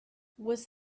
was